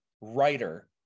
writer